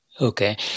Okay